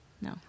no